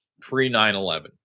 pre-9-11